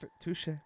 Touche